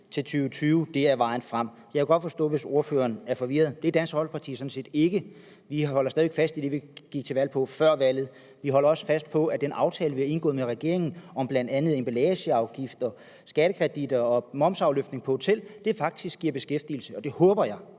til 2020 er vejen frem. Jeg kan godt forstå, hvis ordføreren er forvirret. Det er Dansk Folkeparti sådan set ikke. Vi holder stadig væk fast i det, vi gik til valg på. Vi holder også fast i, at den aftale, vi har indgået med regeringen om bl.a. emballagafgift, skattekreditter og momsafløftning på hotel, faktisk giver beskæftigelse, og det håber jeg